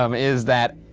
um is that,